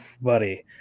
buddy